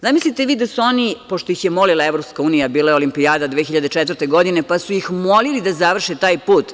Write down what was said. Zamislite vi da su oni pošto ih je molila EU, bila je Olimpijada 2004. godine, pa su ih molili da završe taj put.